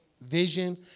vision